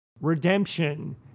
redemption